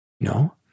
No